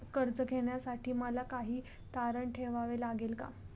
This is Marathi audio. कर्ज घेण्यासाठी मला काही तारण ठेवावे लागेल का?